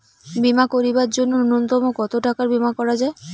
বীমা করিবার জন্য নূন্যতম কতো টাকার বীমা করা যায়?